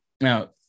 now